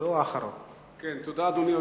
אדוני היושב-ראש.